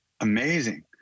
amazing